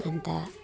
अन्त